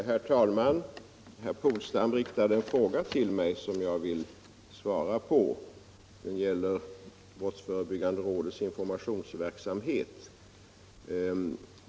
Herr talman! Herr Polstam riktade en fråga till mig som jag vill svara på. Den gäller brottsförebyggande rådets information.